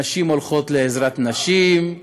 הנשים הולכות לעזרת נשים,